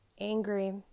angry